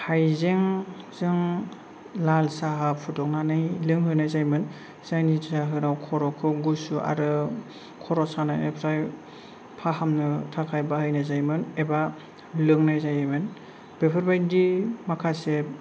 हाइजेंजों लाल साहा फुदुंनानै लोंहोनाय जायोमोन जायनि जाहोनाव खर'खौ गुसु आरो खर' सानायनिफ्राय फाहामनो थाखाय बाहायनाय जायोमोन एबा लोंनाय जायोमोन बेफोरबायदि माखासे